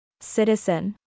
Citizen